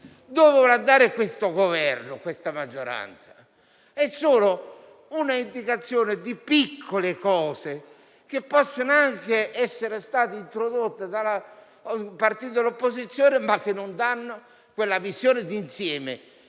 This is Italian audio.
vogliono andare il Paese, il Governo e la maggioranza. È solo un'indicazione di piccole cose, che possono anche essere state introdotte da un partito dell'opposizione, ma che non danno quella visione di insieme